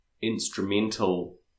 instrumental